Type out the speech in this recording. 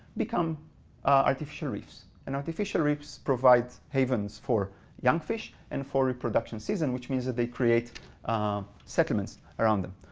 become artificial reefs. and artificial reefs provide havens for young fish, and for reproduction season, which means that they create settlements around them,